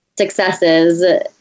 successes